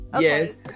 yes